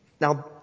Now